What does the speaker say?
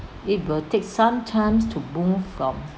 it will take some time to move from